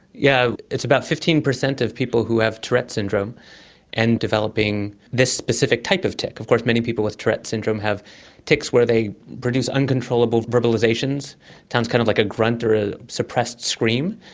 yeah it's about fifteen percent of people who have tourette syndrome and developing this specific type of tic. of course many people with tourette syndrome have tics where they produce uncontrollable verbalisations, it sounds kind of like a grunt or a suppressed scream,